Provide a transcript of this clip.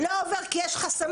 לא עובר כי יש חסמים",